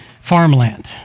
farmland